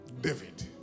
David